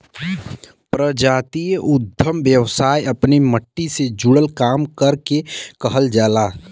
प्रजातीय उद्दम व्यवसाय अपने मट्टी से जुड़ल काम करे के कहल जाला